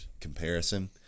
comparison